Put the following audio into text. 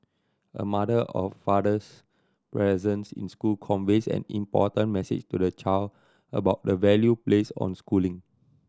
a mother or father's presence in school conveys an important message to the child about the value placed on schooling